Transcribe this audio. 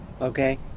okay